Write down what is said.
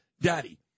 Daddy